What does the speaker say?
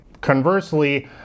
conversely